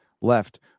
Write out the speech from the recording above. Left